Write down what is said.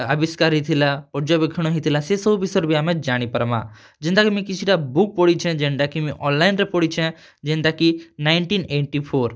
ଆବିଷ୍କାର୍ ହେଇଥିଲା ପର୍ଯ୍ୟବେକ୍ଷଣ୍ ହେଇଥିଲା ସେ ସବୁ ବିଷୟରେ ବି ଆମେ ଜାଣିପାର୍ମା ଯେନ୍ତା କି ମୁଇଁ କିଛି'ଟା ବୁକ୍ ପଢ଼ିଛେଁ ଯେନ୍ଟା କି ମୁଇଁ ଅନ୍ଲାଇନ୍ ରେ ପଢ଼ିଛେଁ ଯେନ୍ତା କି ନାଇନ୍ଣ୍ଟିନ୍ ଏଇଟି ଫୋର୍